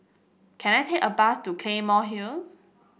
can I take a bus to Claymore Hill